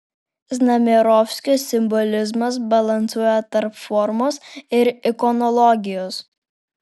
znamierovskio simbolizmas balansuoja tarp formos ir ikonologijos